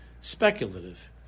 speculative